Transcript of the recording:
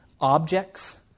objects